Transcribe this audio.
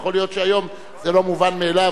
יכול להיות שהיום זה לא מובן מאליו,